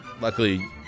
luckily